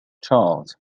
charles